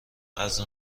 غذا